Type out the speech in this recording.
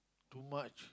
too much